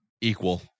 equal